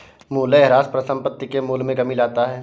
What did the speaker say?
मूलयह्रास परिसंपत्ति के मूल्य में कमी लाता है